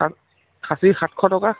খাছ্ খাহী সাতশ টকা